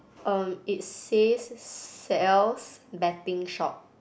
um it says sells betting shop